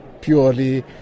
purely